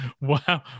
wow